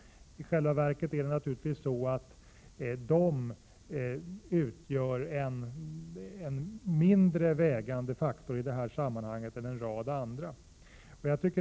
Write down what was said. I själva verket utgör dessa i detta sammanhang en mindre viktig faktor.